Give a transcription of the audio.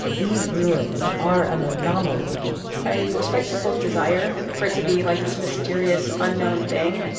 these ruins are an anomaly i respect people's desire for it to be like this mysterious unknown thing.